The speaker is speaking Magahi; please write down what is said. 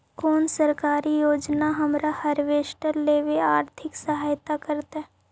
कोन सरकारी योजना हमरा हार्वेस्टर लेवे आर्थिक सहायता करतै?